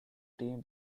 team